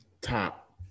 top